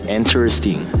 interesting